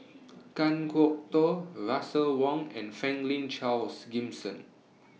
Kan Kwok Toh Russel Wong and Franklin Charles Gimson